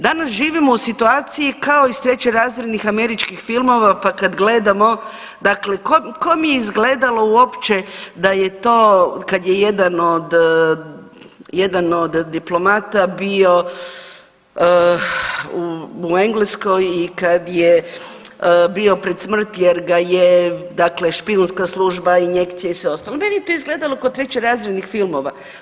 Danas živimo u situaciji kao iz trećerazrednih američkih filmova, pa kad gledamo dakle kom, kom je izgledalo uopće da je to kad je jedan od, jedan od diplomata bio u Engleskoj i kad je bio pred smrt jer ga je dakle špijunska služba, injekcije i sve ostalo, meni je to izgledalo kao iz trećerazrednih filmova.